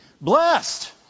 Blessed